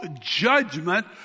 judgment